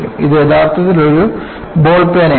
ഇത് യഥാർത്ഥത്തിൽ ഒരു ബോൾ പേനയാണ്